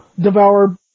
devour